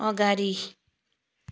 अगाडि